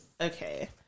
Okay